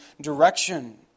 direction